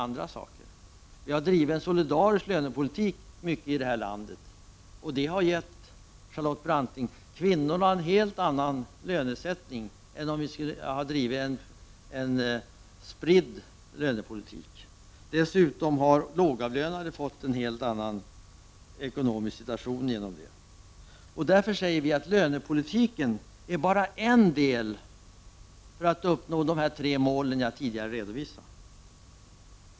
Vi har i det här landet drivit en solidarisk lönepolitik, och det har gett, Charlotte Branting, kvinnorna en helt annan lönesättning än om vi hade drivit en spridd lönepolitik. Dessutom har de lågavlönade fått en helt annan ekonomisk situation med hjälp av denna politik. Vi hävdar därför att lönepolitiken är bara en del för att uppnå de tre mål jag tidigare har redovisat.